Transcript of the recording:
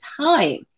time